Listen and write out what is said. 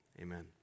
amen